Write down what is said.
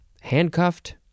handcuffed